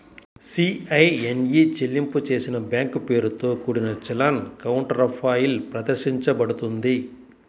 CIN e చెల్లింపు చేసిన bank పేరుతో కూడిన చలాన్ కౌంటర్ఫాయిల్ ప్రదర్శించబడుతుంది